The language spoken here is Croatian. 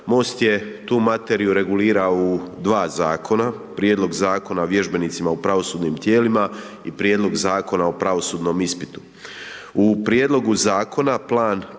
MOST je tu materiju regulirao u dva zakona, Prijedlog Zakona o vježbenicima u pravosudnim tijelima i Prijedlog Zakona o pravosudnom ispitu.